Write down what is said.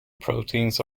proteins